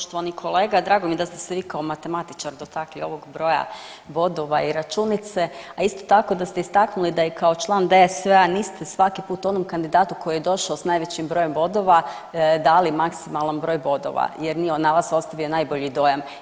Poštovani kolega, drago mi je da ste se vi kao matematičar dotakli ovog broja bodova i računice, a isto tako da ste istaknuli da i kao član DSV-a niste svaki put onom kandidatu koji je došao s najvećim brojem bodova dali maksimalan broj bodova jer nije on na vas ostavio najbolji dojam.